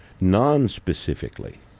non-specifically